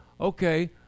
okay